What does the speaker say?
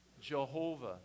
Jehovah